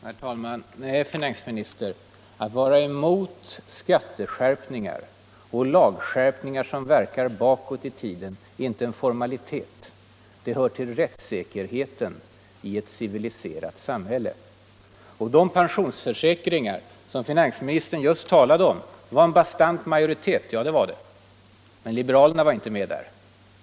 Herr talman! Nej, herr finansminister, att vara motståndare till skatteskärpningar och lagskärpningar som verkar bakåt i tiden är inte en ”formalitet”. Det hör till rättssäkerheten i ett civiliserat samhälle. De pensionsförsäkringar som finansministern här talade om stod det en ”bastant majoritet” bakom, det är riktigt. Men liberalerna var inte med där.